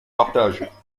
partage